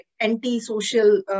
anti-social